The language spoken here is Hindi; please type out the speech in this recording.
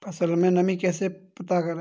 फसल में नमी कैसे पता करते हैं?